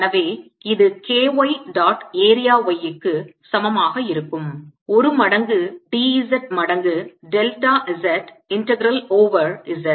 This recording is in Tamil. எனவே இது K y dot area y க்கு சமமாக இருக்கும் 1 மடங்கு dz மடங்கு delta z integral over z